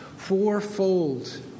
Fourfold